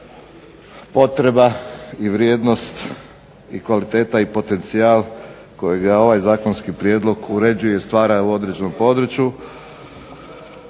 potreba i vrijednost i kvaliteta i potencijal kojega ovaj zakonski prijedlog uređuje i stvara u određenom području,